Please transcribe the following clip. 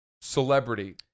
celebrity